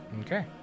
Okay